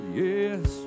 yes